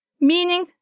meaning